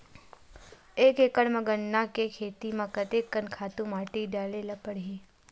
एक एकड़ गन्ना के खेती म कते कन खातु माटी डाले ल पड़ही?